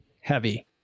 heavy